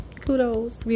Kudos